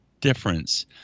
difference